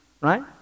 right